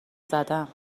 زدم